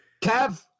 Kev